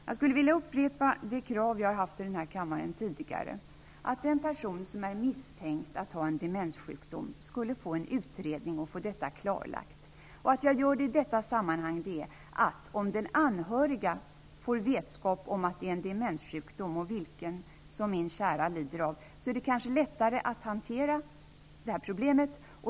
Jag skulle vilja upprepa det krav som jag ställt tidigare i denna kammare, nämligen att den person som är misstänkt att ha en demenssjukdom skall få detta utrett och klarlagt. Om den anhöriga får vetskap om att det är en demenssjukdom som den kära lider av, är det kanske lättare att hantera problemet.